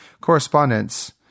correspondence